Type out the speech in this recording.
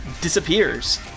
disappears